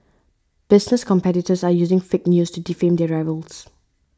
business competitors are using fake news to defame their rivals